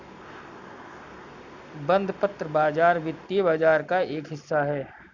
बंधपत्र बाज़ार वित्तीय बाज़ार का एक हिस्सा है